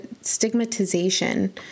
stigmatization